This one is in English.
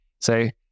say